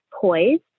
poised